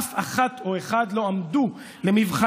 אף אחת או אחד לא עמדו למבחנם,